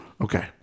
Okay